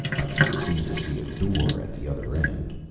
i seem to see a door at the other end.